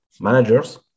managers